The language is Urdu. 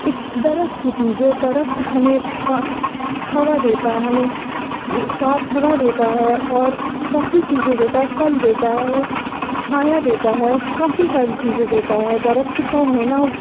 ایک درخت کی تھی جو درخت ہمیں ہوا دیتا ہے ہمیں صاف ہوا دیتا ہے اور کافی چیزیں دیتا ہے پھل دیتا ہے چھایا دیتا ہے کافی ساری چیزیں دیتا ہے درخت کا ہونا